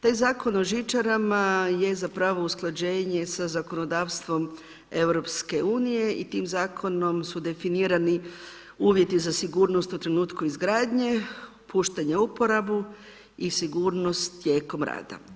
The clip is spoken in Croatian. Taj Zakon o žičarama je zapravo usklađenje sa zakonodavstvom EU i tim zakonom su definirani uvjeti za sigurnost u trenutku izgradnje, puštanje u uporabu i sigurnost tijekom rada.